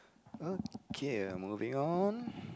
okay I'm moving on